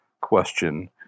question